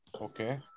Okay